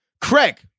Craig